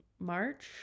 March